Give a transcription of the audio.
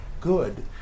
good